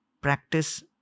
practice